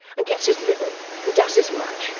and gets as little, and does as much,